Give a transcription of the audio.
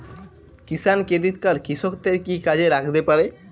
কিষান credit card কৃষকের কি কি কাজে লাগতে পারে?